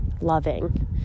loving